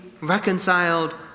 reconciled